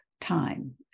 time